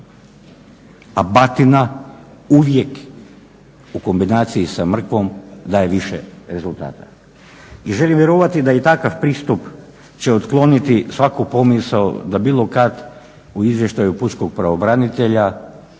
a batina uvijek u kombinaciji sa mrkvom daje više rezultata. I želim vjerovati da i takav pristup će otkloniti svaku pomisao da bilo kad u izvještaju pučkog pravobranitelja